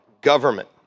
government